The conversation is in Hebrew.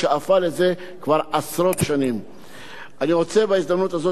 אני רוצה בהזדמנות הזאת גם לברך את שחר איילון,